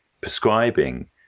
prescribing